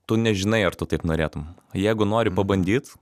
tu nežinai ar tu taip norėtum jeigu nori pabandyt